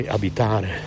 abitare